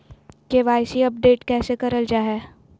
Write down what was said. KYC update कैसे करल जाहै?